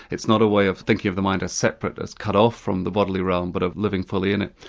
it's not a way of thinking of the mind as separate, as cut off from the bodily realm, but of living fully in it.